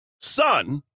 son